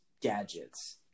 gadgets